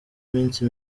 imisi